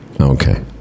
okay